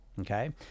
okay